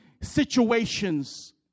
situations